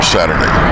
Saturday